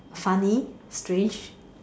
funny strange